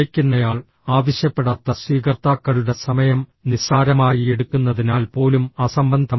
അയയ്ക്കുന്നയാൾ ആവശ്യപ്പെടാത്ത സ്വീകർത്താക്കളുടെ സമയം നിസ്സാരമായി എടുക്കുന്നതിനാൽ പോലും അസംബന്ധം